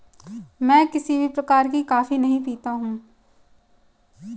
मैं किसी भी प्रकार की कॉफी नहीं पीता हूँ